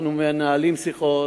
אנחנו מנהלים שיחות